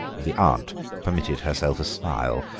the aunt permitted herself a smile,